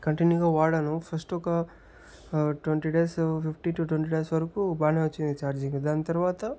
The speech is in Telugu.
కంటిన్యూగా వాడాను ఫస్ట్ ఒక twenty days fifteen to twenty days వరకు బాగానే వచ్చింది ఛార్జింగ్ దాని తర్వాత